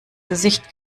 gesicht